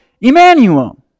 Emmanuel